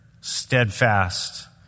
steadfast